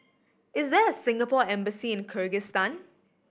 is there a Singapore Embassy in Kyrgyzstan